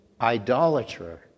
idolater